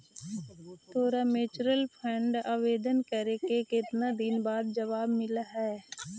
तोरा mutual fund आवेदन करला के केतना दिन बाद जवाब मिललो हल?